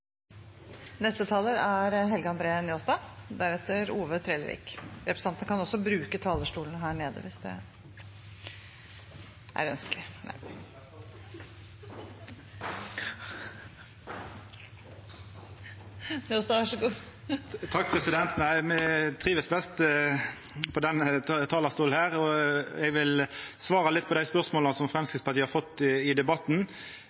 Neste taler er Helge André Njåstad. Representantene kan også bruke talerstolen nede på gulvet, hvis det er ønskelig. Nei, eg trivst best på denne talarstolen, og eg vil svara litt på